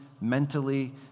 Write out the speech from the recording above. mentally